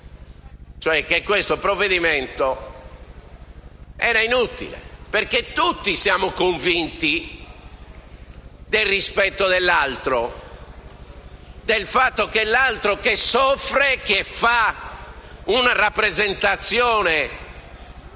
cioè che era inutile, perché tutti siamo convinti del rispetto dell'altro e del fatto che l'altro che soffre e che fa una rappresentazione